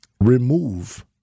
remove